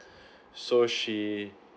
so she